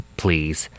please